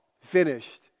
finished